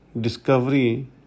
discovery